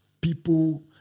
people